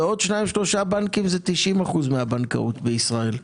ועוד שניים שלושה בנקים זה 90% מהבנקאות בישראל.